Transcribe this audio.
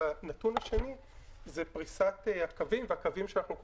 והנתון השני זה הפריסה של הקווים,